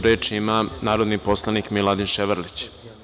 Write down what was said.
Reč ima narodni poslanik Miladin Ševarlić.